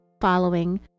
following